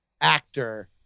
actor